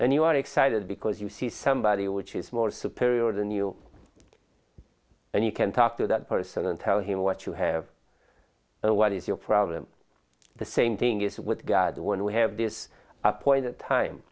and you are excited because you see somebody which is more superior than you and you can talk to that person and tell him what you have or what is your problem the same thing is with god when we have this appointed time